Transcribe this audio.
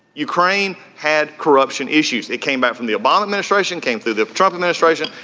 ukraine had corruption issues. it came out from the obama administration, came through the trump administration.